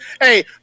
Hey